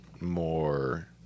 more